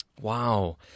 Wow